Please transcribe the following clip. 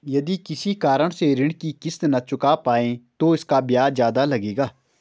यदि किसी कारण से ऋण की किश्त न चुका पाये तो इसका ब्याज ज़्यादा लगेगा?